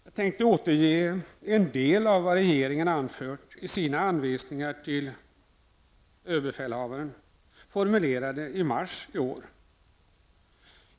Jag tänkte återge en del av vad regeringen har anfört i sina anvisningar till överbefälhavaren, formulerade i mars i år.